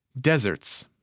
Deserts